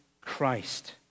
Christ